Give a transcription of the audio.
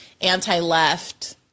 anti-left